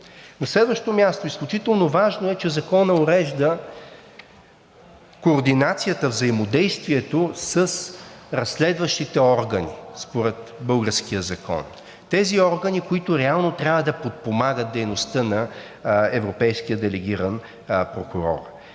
На следващо място, изключително важно е, че Законът урежда координацията, взаимодействието с разследващите органи, според българския закон. Тези органи, които реално трябва да подпомагат дейността на европейския делегиран прокурор.